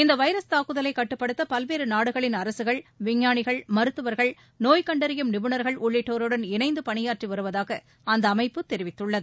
இந்த வைரஸ் தாக்குதலை கட்டுப்படுத்த பல்வேறு நாடுகளின் அரககள் விஞ்ஞானிகள் மருத்துவர்கள் நோய் கண்டறியும் நிபுணர்கள் உள்ளிட்டோருடன் இணைந்து பணியாற்றி வருவதாக அந்த அமைப்பு தெரிவித்துள்ளது